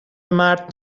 مرد